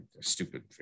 stupid